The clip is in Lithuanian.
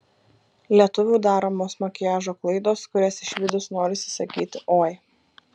lietuvių daromos makiažo klaidos kurias išvydus norisi sakyti oi